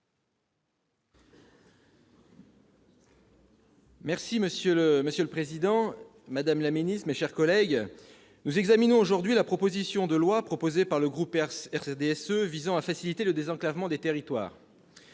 Monsieur le président, madame la ministre, mes chers collègues, nous examinons aujourd'hui la proposition de loi proposée par le groupe du RDSE visant à faciliter le désenclavement des territoires.